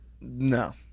No